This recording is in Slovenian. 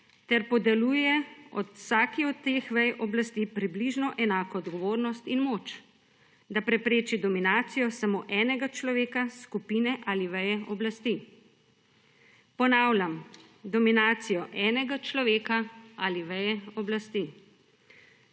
ter podeljuje vsaki od teh vej oblasti približno enako odgovornost in moč, da prepreči dominacijo samo enega človeka, skupine ali veje oblasti. Ponavljam, dominacijo enega človeka ali veje oblasti.